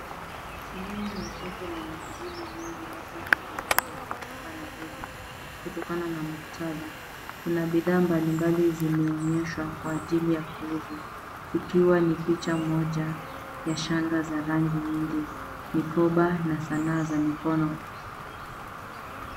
Sehemu ya soko lenye shuguli nyingi labda Kariokor cs[market]cs hapa Nairobi kutokana na muktadha. Kuna bidhaa mbalimbali zimeonyeshwa kwa ajili ya kuuzwa ikiwa ni picha moja ya shanga za rangi nyingi, mikoba na sanaa za mikono.